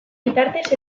bitartez